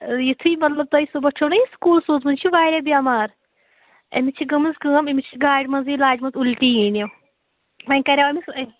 یُتھُے مطلب تۄہہِ صُبَحس چھُو نا یہِ سکوٗل سوٗزمٕژ یہِ چھِ واریاہ بیٚمار أمِس چھِ گٲمٕژ کٲم أمِس چھِ گاڑ منٛزٕے لَجہِ مَژٕ اُلٹی یِنہِ وۅنۍ کَریٛاو أمِس اَسہِ